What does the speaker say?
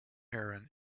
aaron